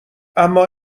اما